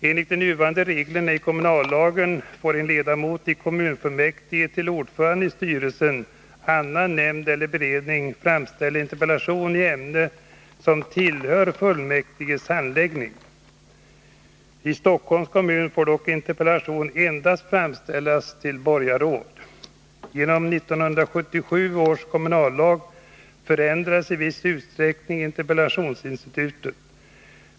Enligt de nuvarande reglerna i kommunallagen får en ledamot i kommunfullmäktige till ordföranden i styrelsen, annan nämnd eller beredning framställa interpellation i ämne som tillhör fullmäktiges handläggning. I Stockholms kommun får dock interpellation endast framställas till borgarråd. Genom 1977 års kommunallag förändrades i viss utsträckning interpellationsinstitutet.